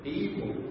evil